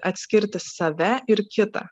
atskirti save ir kitą